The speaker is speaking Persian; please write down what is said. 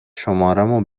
شمارمو